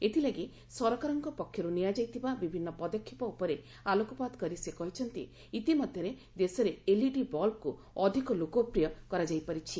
ଏଥିଲାଗି ସରକାରଙ୍କ ପକ୍ଷର୍ ନିଆଯାଇଥିବା ବିଭିନ୍ନ ପଦକ୍ଷେପ ଉପରେ ଆଲୋକପାତ କରି ସେ କହିଛନ୍ତି ଇତିମଧ୍ୟରେ ଦେଶରେ ଏଲ୍ଇଡି ବଲ୍ବ୍କୁ ଅଧିକ ଲୋକପ୍ରିୟ କରାଯାଇପାରିଛି